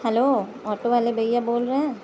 hello auto والے بھیا بول رہے ہیں